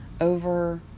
over